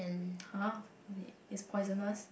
!huh! wait it's poisonous